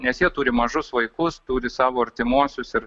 nes jie turi mažus vaikus turi savo artimuosius ir